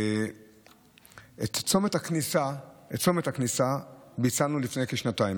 את צומת הכניסה ביצענו לפני כשנתיים,